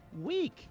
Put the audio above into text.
week